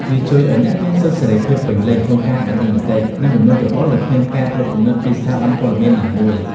វាជួយឱ្យអ្នកមានសិទ្ធិសេរីភាពពេញលេញក្នុងការបញ្ចេញមតិ និងគំនិតយោបល់ដោយគ្មានការត្រួតពិនិត្យពីស្ថាប័នព័ត៌មានណាមួយ។